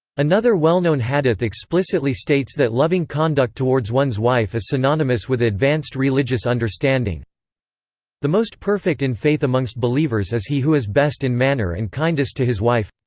another well-known hadith explicitly states that loving conduct towards one's wife is synonymous with advanced religious understanding the most perfect in faith amongst believers is he who is best in manner and kindest to his wife.